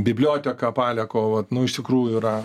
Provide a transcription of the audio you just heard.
biblioteka paleko vat nu iš tikrųjų yra